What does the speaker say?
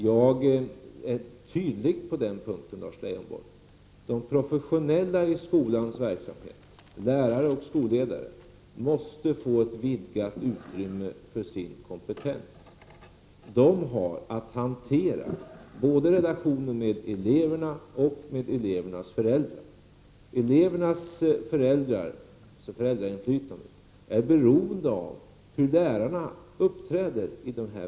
Jag är tydlig på den punkten, Lars Leijonborg: de professionella i skolans verksamhet — lärare och skolledare — måste få ett vidgat utrymme för sin kompetens. De har att hantera relationen både med eleverna och med deras föräldrar. Föräldrainflytandet är beroende av hur lärarna uppträder.